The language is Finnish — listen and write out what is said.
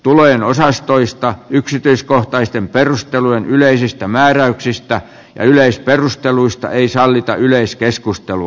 tulojen osastoista yksityiskohtaisten perustelujen yleisistä määräyksistä ja yleisperusteluista ei sallita yleiskeskustelua